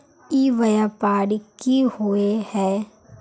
ई व्यापार की होय है?